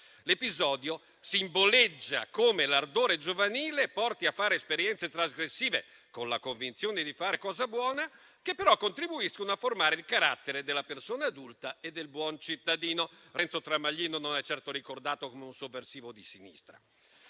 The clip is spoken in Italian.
L'episodio simboleggia come l'ardore giovanile porti a fare esperienze trasgressive, con la convinzione di fare cosa buona, che però contribuiscono a formare il carattere della persona adulta e del buon cittadino. Renzo Tramaglino non è certo ricordato come un sovversivo di sinistra.